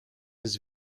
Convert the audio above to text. his